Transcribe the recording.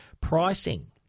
Pricing